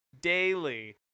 daily